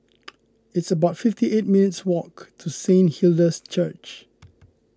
it's about fifty eight minutes' walk to Saint Hilda's Church